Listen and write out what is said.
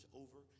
over